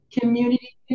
community